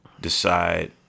decide